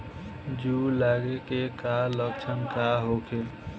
जूं लगे के का लक्षण का होखे?